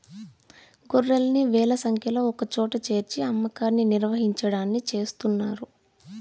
గొర్రెల్ని వేల సంఖ్యలో ఒకచోట చేర్చి అమ్మకాన్ని నిర్వహించడాన్ని చేస్తున్నారు